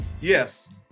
Yes